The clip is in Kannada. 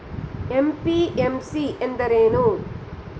ಎಂ.ಪಿ.ಎಂ.ಸಿ ಎಂದರೇನು?